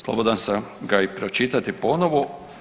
Slobodan sam ga i pročitati ponovo.